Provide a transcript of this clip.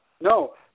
No